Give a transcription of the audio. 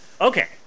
Okay